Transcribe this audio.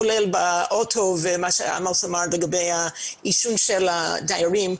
כולל עישון ברכב ומה שעמוס אמר לגבי העישון של הדיירים,